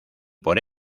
por